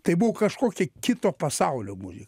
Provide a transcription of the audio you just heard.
tai buvo kažkokio kito pasaulio muzika